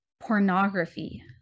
Pornography